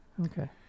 Okay